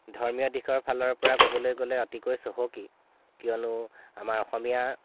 ধৰ্মীয় দিশৰ ফালৰ পৰা ক'বলৈ গ'লে অতিকৈ চহকী কিয়নো আমাৰ অসমীয়া